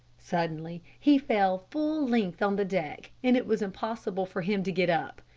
suddenly he fell full length on the deck and it was impossible for him to get up.